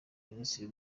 minisitiri